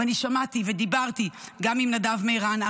אני שמעתי ודיברתי גם עם נדב מירן,